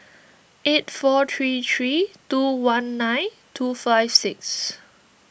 eight four three three two one nine two five six